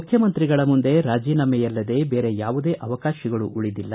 ಮುಖ್ಯಮಂತ್ರಿಗಳ ಮುಂದೆ ರಾಜನಾಮೆಯಲ್ಲದೆ ಬೇರೆಯಾವುದೇ ಅವಕಾಶಗಳು ಉಳಿದಿಲ್ಲ